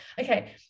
Okay